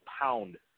pound